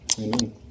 Amen